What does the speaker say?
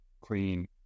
clean